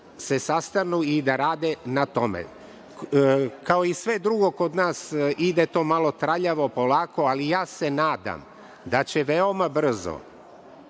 se sastanu i da rade na tome. Kao i sve drugo kod nas ide to malo traljavo, polako, ali ja se nadam da će veoma brzo